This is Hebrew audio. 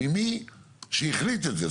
ממי שהחליט את זה.